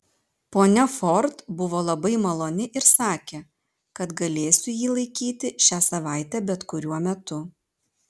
ponia ford buvo labai maloni ir sakė kad galėsiu jį laikyti šią savaitę bet kuriuo metu